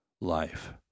life